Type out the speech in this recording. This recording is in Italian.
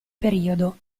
periodo